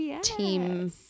Team